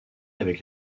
avec